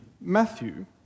Matthew